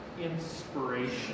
inspiration